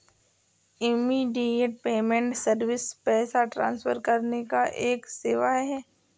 immediate payment service पैसा transfer करने का एक सेवा है